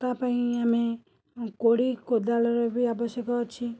ତାପାଇଁ ଆମେ ଉଁ କୋଡ଼ି କୋଦାଳର ବି ଆବଶ୍ୟକ ଅଛି